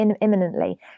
imminently